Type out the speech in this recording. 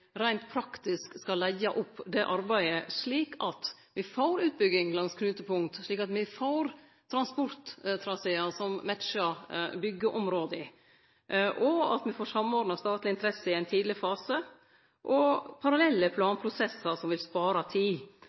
reint praktisk skal leggje opp det arbeidet, slik at me får utbygging langs knutepunkt, at me får transporttrasear som matchar byggjeområda, at me får samordna statlege interesser i ein tidleg fase, og at me får parallelle planprosessar som vil spare tid.